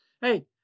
Hey